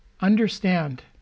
understand